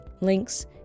Links